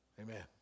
Amen